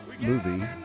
movie